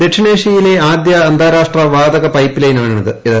ദക്ഷിണേഷ്യയിലെ ആദ്യ അന്താരാഷ്ട്ര വാതക പൈപ്പ്ലൈനാണിത്